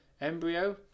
embryo